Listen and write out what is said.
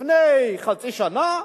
לפני חצי שנה,